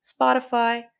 Spotify